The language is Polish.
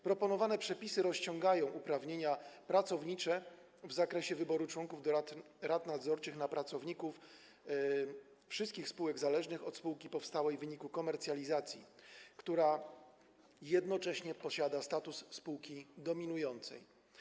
Proponowane przepisy rozciągają uprawnienia pracownicze w zakresie wyboru członków do rad nadzorczych na pracowników wszystkich spółek zależnych od spółki powstałej w wyniku komercjalizacji, która jednocześnie posiada status spółki dominującej.